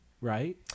right